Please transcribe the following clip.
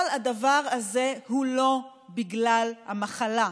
כל הדבר הזה הוא לא בגלל המחלה,